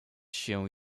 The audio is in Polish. się